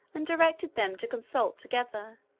and directed them to consult together,